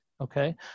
okay